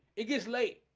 it gets late